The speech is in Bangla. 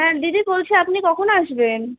হ্যাঁ দিদি বলছি আপনি কখন আসবেন